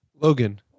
Logan